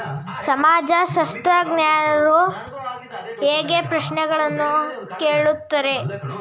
ಸಮಾಜಶಾಸ್ತ್ರಜ್ಞರು ಹೇಗೆ ಪ್ರಶ್ನೆಗಳನ್ನು ಕೇಳುತ್ತಾರೆ?